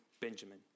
Benjamin